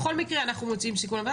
בכל מקרה אנחנו מוציאים סיכום לוועדה